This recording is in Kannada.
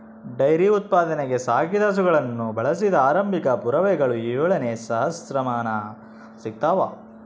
ಡೈರಿ ಉತ್ಪಾದನೆಗೆ ಸಾಕಿದ ಹಸುಗಳನ್ನು ಬಳಸಿದ ಆರಂಭಿಕ ಪುರಾವೆಗಳು ಏಳನೇ ಸಹಸ್ರಮಾನ ಸಿಗ್ತವ